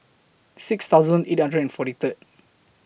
six thousand eight hundred and forty Third